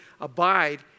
abide